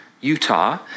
Utah